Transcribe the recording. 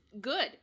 good